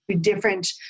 different